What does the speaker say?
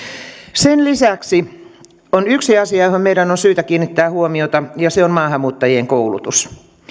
sen lisäksi on yksi asia johon meidän on syytä kiinnittää huomiota ja se on maahanmuuttajien koulutus